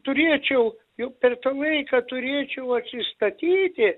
turėčiau jau per tą laiką turėčiau atsistatyti